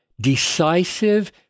decisive